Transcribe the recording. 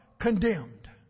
Condemned